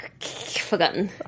forgotten